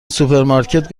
سوپرمارکت